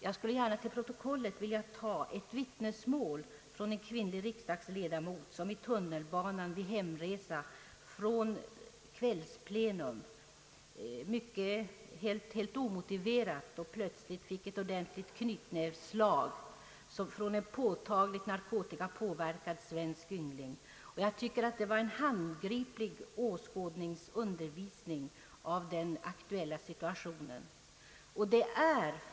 Jag vill nämligen till protokollet föra ett vittnesmål från en kvinnlig riksdagsledamot som vid hemresa från ett kvällsplenum i tunnelbanan helt omotiverat och plötsligt fick ett ordentligt knytnävsslag från en påtagligt narkotikapåverkad svensk yngling. Detta är en handgriplig åskådningsundervisning av den aktuella situationen.